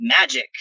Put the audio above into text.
magic